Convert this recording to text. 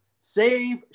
Save